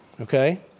Okay